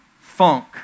funk